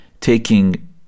taking